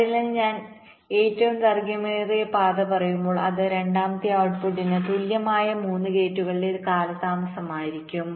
അതിനാൽ ഇവിടെ ഞാൻ ഏറ്റവും ദൈർഘ്യമേറിയ പാത പറയുമ്പോൾ അത് രണ്ടാമത്തെ ഔട്ട്പുട്ടിന് തുല്യമായ 3 ഗേറ്റുകളുടെ കാലതാമസമായിരിക്കും